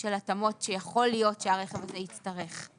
של התאמות שיכול להיות שהרכב הזה יצטרף,